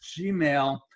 Gmail